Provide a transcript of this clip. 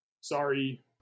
Sorry